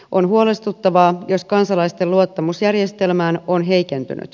on huolestuttavaa jos kansalaisten luottamus järjestelmään on heikentynyt